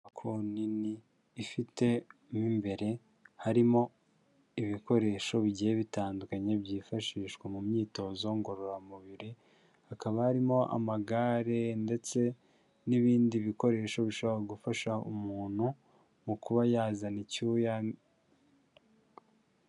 Inyubako nini, ifite mo imbere harimo ibikoresho bigiye bitandukanye byifashishwa mu myitozo ngororamubiri, hakaba harimo amagare ndetse n'ibindi bikoresho bishobora gufasha umuntu mu kuba yazana icyuya